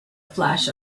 flash